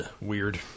weird